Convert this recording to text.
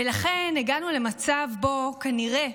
ולכן הגענו למצב שבו, כנראה,